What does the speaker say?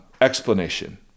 explanation